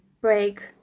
break